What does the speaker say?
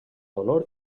dolor